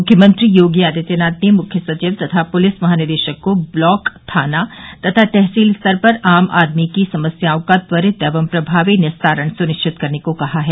मुख्यमंत्री योगी आदित्यनाथ ने मुख्य सचिव तथा पुलिस महानिदेशक को ब्लॉक थाना तथा तहसील स्तर पर आम आदमी की समस्याओं का त्वरित एवं प्रभावी निस्तारण सुनिश्चित करने को कहा है